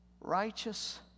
righteous